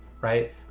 right